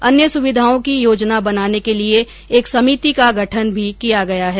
अन्य सुविधाओं की योजना बनाने के लिए एक समिति का गठन किया गया है